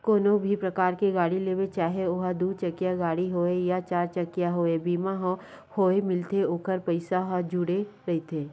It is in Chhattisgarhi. कोनो भी परकार के गाड़ी लेबे चाहे ओहा दू चकिया गाड़ी होवय या चरचकिया होवय बीमा होय मिलथे ओखर पइसा ह जुड़े रहिथे